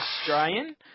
Australian